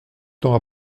temps